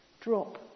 Drop